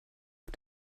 auf